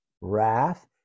Wrath